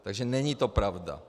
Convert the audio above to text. Takže není to pravda.